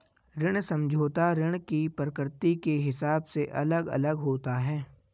ऋण समझौता ऋण की प्रकृति के हिसाब से अलग अलग होता है